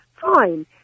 fine